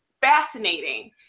fascinating